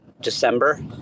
December